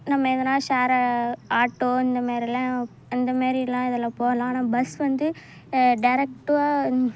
நம்ம எதனால் ஷேர் ஆ ஆட்டோ இந்தமாரிலாம் அந்தமாரிலாம் இதில் போகலாம் ஆனால் பஸ் வந்து டேரக்டாக